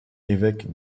évêque